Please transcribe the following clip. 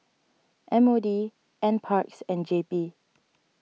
M O D N Parks and J P